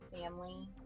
family